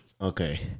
okay